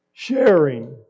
Sharing